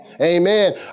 Amen